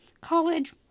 college